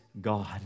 God